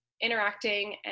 interacting